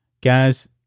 guys